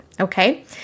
Okay